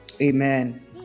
Amen